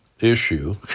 issue